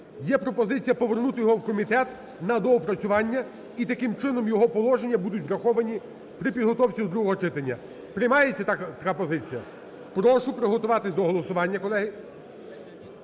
є пропозиція повернути його в комітет на доопрацювання, і таким чином його положення будуть враховані при підготовці до другого читання. Приймається така позиція? Прошу приготуватись до голосування, колеги.